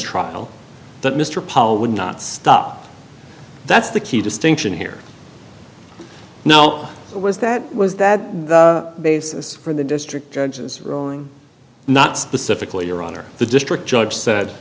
powell would not stop that's the key distinction here now was that was that the basis for the district judge's ruling not specifically your honor the district judge said